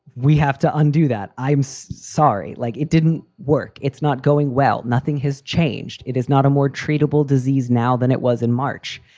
we have to undo that, i'm sorry, like it didn't work. it's not going well. nothing has changed. it is not a more treatable disease now than it was in march.